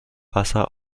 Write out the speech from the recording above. wasser